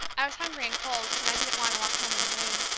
i was hungry and cold, and i didn't want to walk home in the rain!